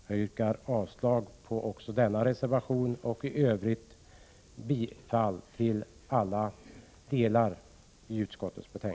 Jag yrkar avslag också på denna reservation och i övrigt bifall till alla delar i utskottets hemställan.